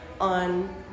on